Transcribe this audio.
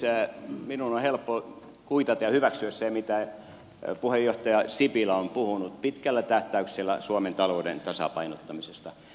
minun on helppo kuitata ja hyväksyä se mitä puheenjohtaja sipilä on puhunut pitkällä tähtäyksellä suomen talouden tasapainottamisesta